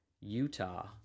Utah